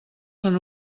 són